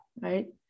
right